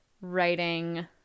writing